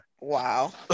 Wow